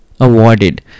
awarded